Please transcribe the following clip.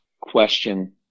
question